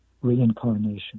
reincarnation